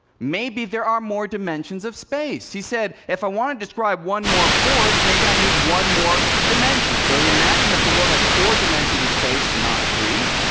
maybe there are more dimensions of space. he said, if i want to describe one more force, maybe i need one more dimension. so he imagined that the world had four dimensions of space not three,